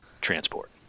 transport